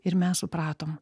ir mes supratom